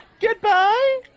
goodbye